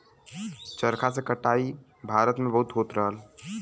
चरखा से कटाई भारत में बहुत होत रहल